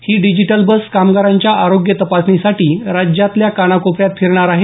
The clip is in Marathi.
ही डिजिटल बस कामगारांच्या आरोग्य तपासणीसाठी राज्यातल्या कानाकोपऱ्यात फिरणार आहे